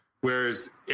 whereas